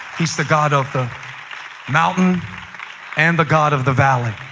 he's the god of the mountain and the god of the valley.